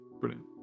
Brilliant